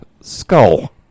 skull